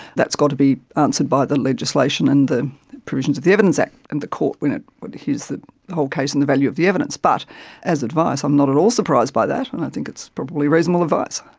that's got to be answered by the legislation and the provisions of the evidence act and the court when it hears the whole case and the value of the evidence. but as advice i'm not at all surprised by that and i think it's probably reasonable advice.